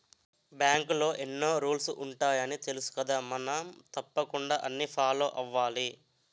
బాంకులో ఎన్నో రూల్సు ఉంటాయని తెలుసుకదా మనం తప్పకుండా అన్నీ ఫాలో అవ్వాలి